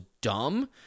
dumb